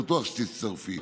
בטוח שתצטרפי.